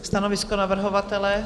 Stanovisko navrhovatele?